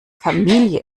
familie